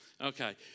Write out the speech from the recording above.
Okay